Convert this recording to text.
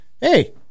Hey